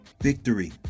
victory